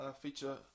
feature